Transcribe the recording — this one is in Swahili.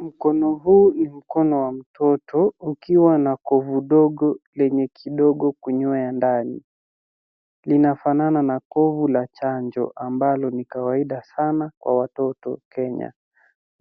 Mkono huu ni mkono wa mtoto ukiwa na kovu dogo lenye kidogo kunywea ndani . Linafanana na kovu la chanjo ambalo ni kawaida sana kwa watoto Kenya.